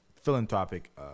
philanthropic